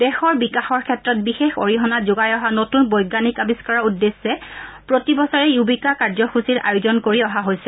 দেশৰ বিকাশৰ ক্ষেত্ৰত বিশেষ অৰিহনা যোগাই অহা নতুন বৈজ্ঞানিক আৱিষ্ণাৰৰ উদ্দেশ্যে প্ৰতিবছৰে যুৱিকা কাৰ্যসূচীৰ আয়োজন কৰি অহা হৈছে